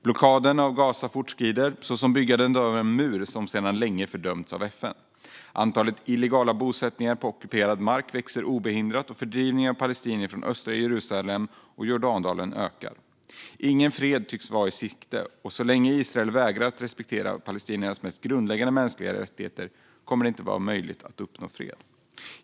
Blockaden av Gaza fortskrider liksom byggandet av den mur som sedan länge har fördömts av FN. Antalet illegala bosättningar på ockuperad mark växer obehindrat, och fördrivningen av palestinier från östra Jerusalem och Jordandalen ökar. Ingen fred tycks vara i sikte, och så länge Israel vägrar att respektera palestiniernas mest grundläggande mänskliga rättigheter kommer det inte att vara möjligt att uppnå fred.